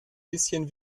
bisschen